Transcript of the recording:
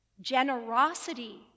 generosity